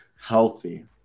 healthy